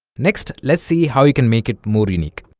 next let's see how you can make it more unique